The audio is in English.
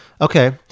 Okay